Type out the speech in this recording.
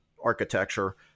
architecture